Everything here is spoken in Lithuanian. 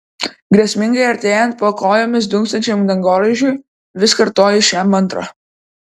grėsmingai artėjant po kojomis dunksančiam dangoraižiui vis kartoju šią mantrą